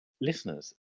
Listeners